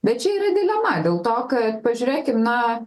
bet čia yra dilema dėl to kad pažiūrėkim na